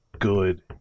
good